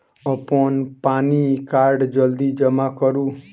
अप्पन पानि कार्ड जल्दी जमा करू?